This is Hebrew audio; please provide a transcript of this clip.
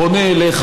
אני באמת פונה אליך: